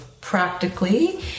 practically